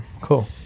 Cool